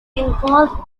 involve